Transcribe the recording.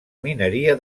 mineria